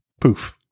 poof